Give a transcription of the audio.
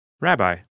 Rabbi